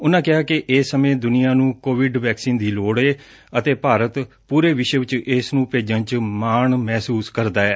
ਉਨਾਂ ਕਿਹਾ ਕਿ ਇਸ ਸਮੇ ਦੁਨੀਆਂ ਨੂੰ ਕੋਵਿਡ ਵੈਕਸੀਨ ਦੀ ਲੋੜ ਏ ਅਤੇ ਭਾਰਤ ਪੁਰੇ ਵਿਸ਼ਵ ਚ ਇਸ ਨੂੰ ਭੇਜਣ ਚ ਮਾਣ ਮਹਿਸੁਸ ਕਰਦਾ ਐ